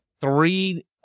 three